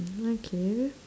okay